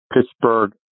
Pittsburgh